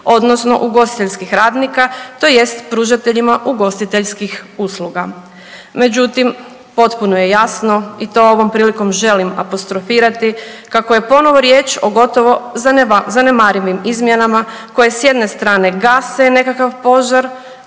odnosno ugostiteljskih radnika tj. pružateljima ugostiteljskih usluga. Međutim, potpuno je jasno i to ovom prilikom želim apostrofirati kako je ponovo riječ o gotovo zanemarivim izmjenama koje s jedne strane gase nekakav požar